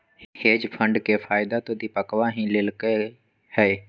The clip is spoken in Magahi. हेज फंड के फायदा तो दीपकवा ही लेल कई है